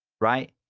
right